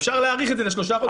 אפשר להאריך את זה לשלושה חודשים.